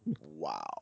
Wow